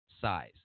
size